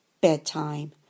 bedtime